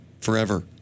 forever